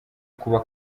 kuba